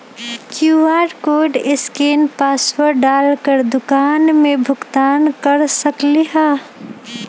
QR code scan password डाल कर दुकान में भुगतान कर सकलीहल?